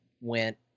went